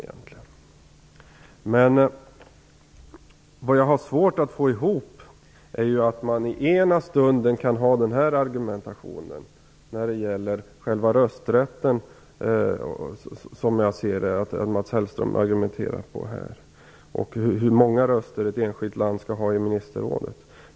Däremot har jag svårt att få ihop det hela när man ena stunden har den argumentation här som jag uppfattar att Mats Hellström har när det gäller själva rösträtten och hur många röster ett enskilt land skall ha i ministerrådet.